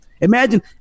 Imagine